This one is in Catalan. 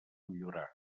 millorar